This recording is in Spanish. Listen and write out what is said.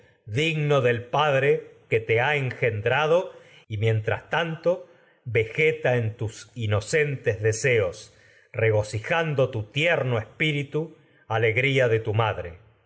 digno que te ha engen drado y mientras tanto vegeta en tus inocentes deseos tu tierno aqueos regocijando espíritu alegría se de tu madre